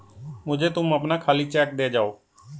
मुझे तुम अपना खाली चेक दे जाओ